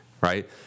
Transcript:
right